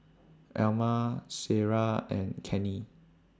Elma Ciera and Kenney